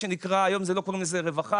היום לא קוראים לזה רווחה,